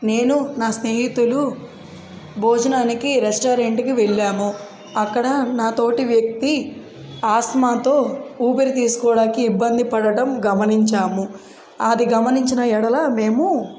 నేను నా స్నేహితులు భోజనానికి రెస్టారెంట్కి వెళ్ళాము అక్కడ నా తోటి వ్యక్తి ఆస్మాతో ఊపిరి తీసుకోవడానికి ఇబ్బంది పడడం గమనించాము అది గమనించిన ఎడల మేము